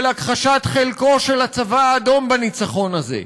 של הכחשת חלקו של הצבא האדום בניצחון הזה,